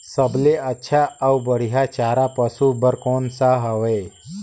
सबले अच्छा अउ बढ़िया चारा पशु बर कोन सा हवय?